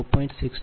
252 j 0